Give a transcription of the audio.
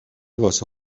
واسه